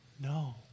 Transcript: No